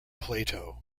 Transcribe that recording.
plato